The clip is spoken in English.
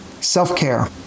Self-care